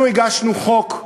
אנחנו הגשנו חוק,